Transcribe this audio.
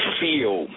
feel